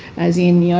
as in, yeah